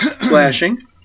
slashing